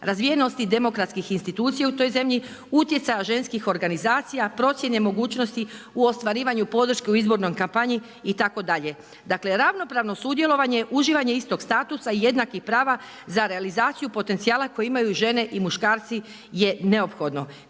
razvijenosti demokratskih institucija u toj zemlji, utjecaja ženskih organizacija, procjene mogućnosti u ostvarivanju podrške u izbornoj kampanji itd. Dakle, ravnopravno sudjelovanje, uživanje istog statusa i jednakih prava za realizaciju potencijala koji imaju žene i muškarci je neophodno